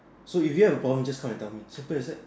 so if you have a problem just come and tell me simple as that